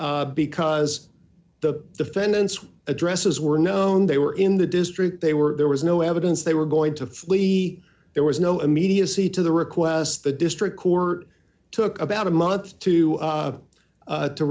parte because the defendants with addresses were known they were in the district they were there was no evidence they were going to flee there was no immediacy to the request the district court took about a month to